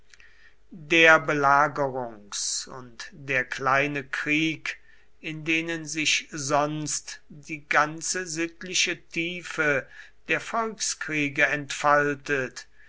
der belagerungs und der kleine krieg in denen sich sonst die ganze sittliche tiefe der volkskriege entfaltet